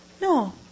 No